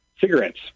Cigarettes